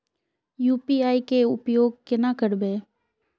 UPI के उपयोग केना करबे?